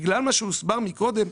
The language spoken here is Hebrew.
בגלל מה שהוסבר מקודם,